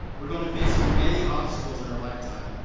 we're gonna face many obstacles in our lifetime.